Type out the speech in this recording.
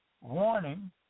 warning